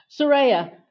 Soraya